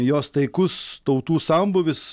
jos taikus tautų sambūvis